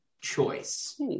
choice